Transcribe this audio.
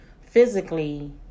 physically